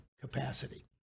capacity